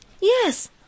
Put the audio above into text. Yes